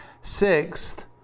Sixth